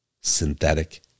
synthetic